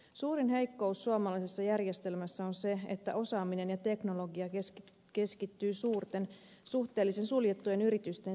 suurin heikkous suomalaisessa järjestelmässä on se että osaaminen ja teknologia keskittyy suurten suhteellisen suljettujen yritysten sisälle